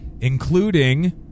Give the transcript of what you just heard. including